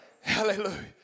Hallelujah